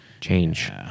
change